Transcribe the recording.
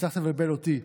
הצלחת לבלבל אותי.